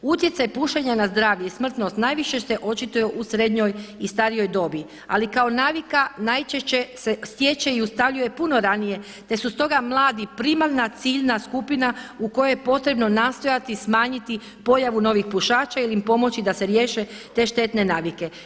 Utjecaj pušenja na zdravlje i smrtnost najviše se očituje u srednjoj i starijoj dobi, ali kao navika najčešće se stječe i ustaljuje puno ranije, te su stoga mladi primarna ciljna skupina u kojoj je potrebno nastojati smanjiti pojavu novih pušača ili im pomoći da se riješe te štetne navike.